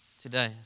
today